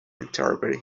interpret